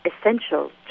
essential